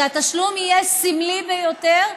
שהתשלום יהיה סמלי ביותר,